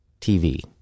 TV